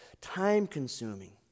time-consuming